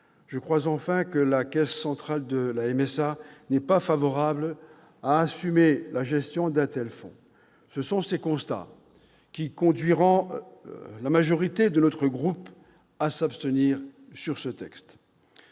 Je crois enfin que la caisse centrale de la MSA ne souhaite pas assumer la gestion d'un tel fonds. Ces constats conduiront la majorité de notre groupe à s'abstenir sur ce texte.